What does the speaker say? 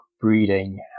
Breeding